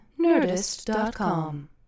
Nerdist.com